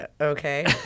Okay